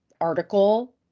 article